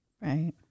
Right